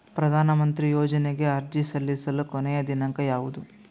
ಪ್ರಧಾನ ಮಂತ್ರಿ ಯೋಜನೆಗೆ ಅರ್ಜಿ ಸಲ್ಲಿಸಲು ಕೊನೆಯ ದಿನಾಂಕ ಯಾವದು?